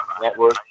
Network